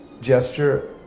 gesture